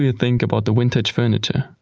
yeah think about the vintage furniture?